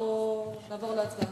או שנעבור להצבעה?